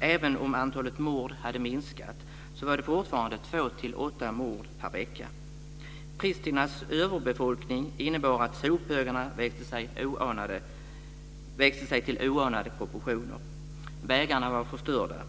Även om antalet mord hade minskat var det fortfarande 2-8 mord per vecka. Pristinas överbefolkning innebar att sophögarna växte till oanade proportioner. Vägarna var förstörda.